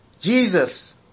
Jesus